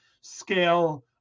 scale